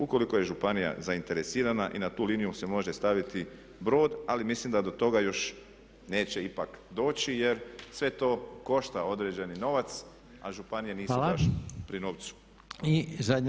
Ukoliko je županija zainteresirana i na tu liniju se može staviti brod ali mislim da to toga još neće ipak doći jer sve to košta određeni novac a županije nisu baš pri novcu.